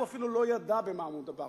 הוא אפילו לא ידע במה מדובר.